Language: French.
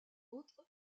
autres